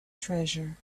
treasure